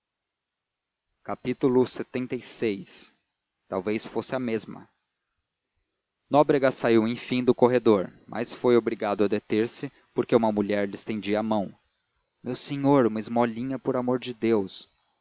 o ladrão nasce feito lxxvi talvez fosse a mesma nóbrega saiu enfim do corredor mas foi obrigado a deter-se porque uma mulher lhe estendia a mão meu senhor uma esmolinha por amor de deus